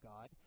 God